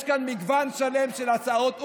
יש כאן מגוון שלם של הצעות,